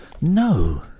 No